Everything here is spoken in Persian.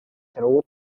تروت